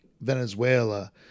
Venezuela